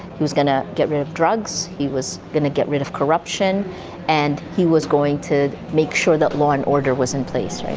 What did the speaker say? he was going to get rid of drugs, he was going to get rid of corruption and he was going to make sure that law and order was in place.